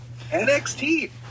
nxt